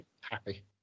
happy